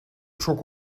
çok